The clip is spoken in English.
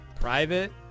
Private